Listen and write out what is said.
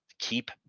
Keep